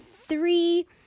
three